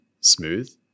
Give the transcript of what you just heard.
smooth